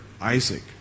Isaac